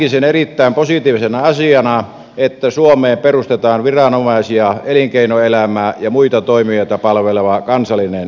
näenkin sen erittäin positiivisena asiana että suomeen perustetaan viranomaisia elinkeinoelämää ja muita toimijoita palveleva kansallinen kyberturvallisuuskeskus